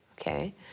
okay